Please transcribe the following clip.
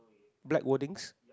black wordings